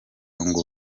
ngo